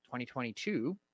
2022